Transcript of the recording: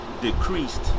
decreased